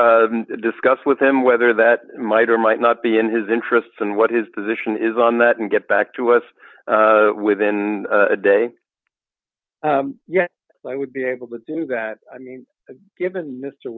to discuss with him whether that might or might not be in his interests and what his position is on that and get back to us within a day like would be able to do that i mean given mr